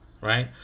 right